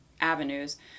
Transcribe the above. avenues